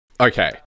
okay